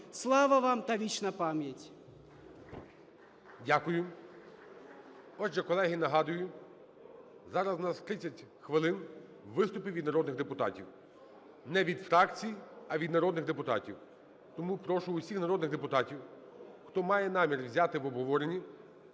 Слава вам та вічна пам'ять!